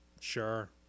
sure